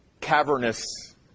cavernous